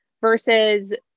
versus